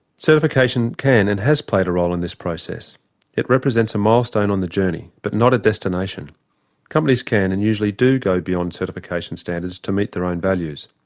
certification can and has played a role in this process it represents a milestone on the journey but not a destination companies can and usually do go beyond certification standards to meet their own values.